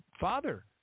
Father